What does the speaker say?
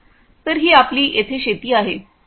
तर ही आपली येथे शेती आहे